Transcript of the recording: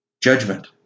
Judgment